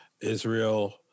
Israel